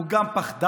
הוא גם פחדן,